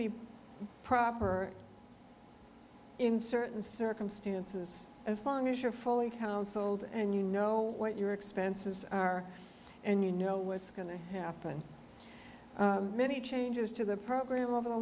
be proper in certain circumstances as long as you're fully counseled and you know what your expenses are and you know what's going to happen many changes to the program over the